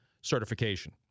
certification